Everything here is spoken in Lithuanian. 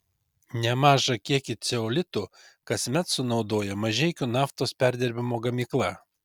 nemažą kiekį ceolitų kasmet sunaudoja mažeikių naftos perdirbimo gamykla